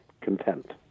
content